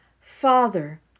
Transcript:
father